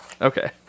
Okay